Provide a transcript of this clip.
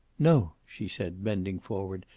no! she said, bending forward.